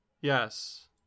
Yes